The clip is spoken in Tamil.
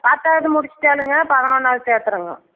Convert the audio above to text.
பத்தாவது முடிச்சிட்டாளுங்க பதினொன்னாவது சேர்க்குறேங்க